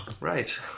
Right